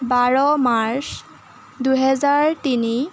বাৰ March দুহেজাৰ তিনি